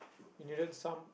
we needed some